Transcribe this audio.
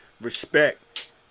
respect